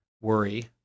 worry